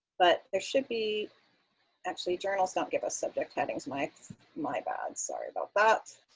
but there should be actually, journals don't give us subject headings. my my bad. sorry about that.